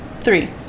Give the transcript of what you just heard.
Three